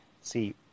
See